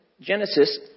Genesis